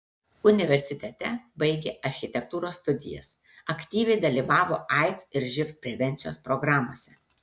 universitete baigė architektūros studijas aktyviai dalyvavo aids ir živ prevencijos programose